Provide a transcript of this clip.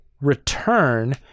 return